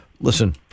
listen